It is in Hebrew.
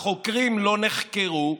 החוקרים לא נחקרו.